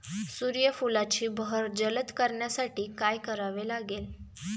सूर्यफुलाची बहर जलद करण्यासाठी काय करावे लागेल?